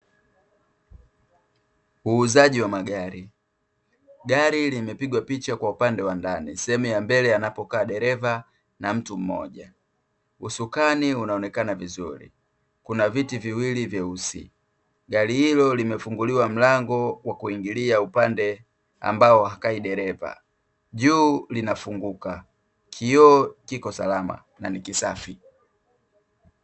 Uuzaji wa magari. Gari limepigwa picha kwa upande wa ndani, sehemu ya mbele anapokaa dereva na mtu mmoja. Usukani unaonekana vizuri, kuna viti viwili vyeusi. Gari hilo limefunguliwa mlango wa kuingilia upande ambao hakai dereva. Juu linafunguka, kioo kiko salama na ni kisafi.